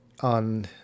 on